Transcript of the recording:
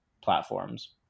platforms